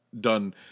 done